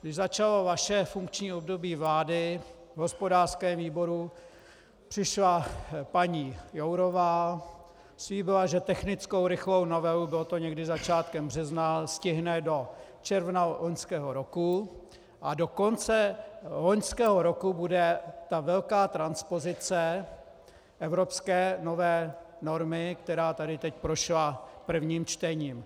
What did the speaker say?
Když začalo vaše funkční období vlády v hospodářském výboru, přišla paní Jourová, slíbila, že technickou rychlou novelu, bylo to někdy začátkem března, stihne do června loňského roku a do konce loňského roku bude ta velká transpozice evropské nové normy, která tady teď prošla prvním čtením.